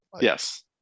yes